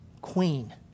queen